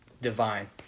Divine